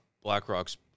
BlackRock's